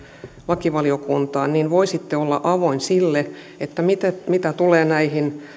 lakivaliokuntaan voisitte olla avoin sille mitä tulee näihin